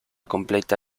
completa